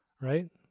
right